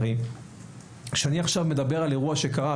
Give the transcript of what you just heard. הרי כשאני עכשיו מדבר על אירוע שקרה,